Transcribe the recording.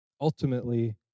ultimately